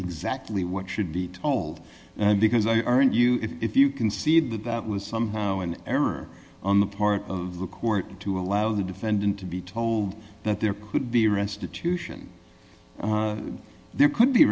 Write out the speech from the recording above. exactly what should be told and because i aren't you if you concede that that was somehow an error on the part of the court to allow the defendant to be told that there could be restitution there could be